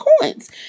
coins